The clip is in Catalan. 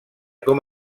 com